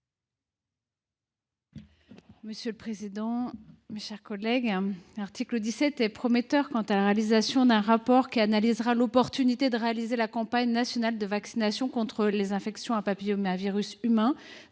: La parole est à Mme Anne Souyris. L’article 17 est prometteur sur la réalisation d’un rapport qui analysera l’opportunité de réaliser la campagne nationale de vaccination contre les infections à papillomavirus humain